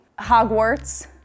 Hogwarts